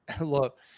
look